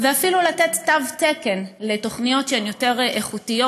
ואפילו לתת תו תקן לתוכניות יותר איכותיות,